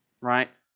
Right